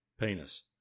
Penis